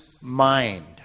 mind